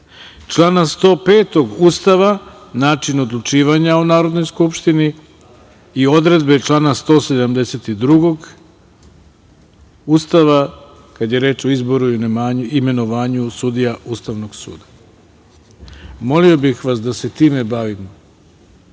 člana 105. Ustava – način odlučivanja o Narodnoj skupštini, i odredbe člana 172. Ustava, kada je reč o izboru i imenovanju sudija Ustavnog suda. Molio bih vas da se time bavimo,